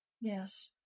Yes